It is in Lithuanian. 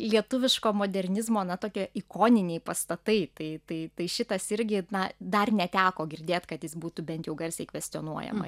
lietuviško modernizmo na tokie ikoniniai pastatai tai tai tai šitas irgi na dar neteko girdėt kad jis būtų bent jau garsiai kvestionuojama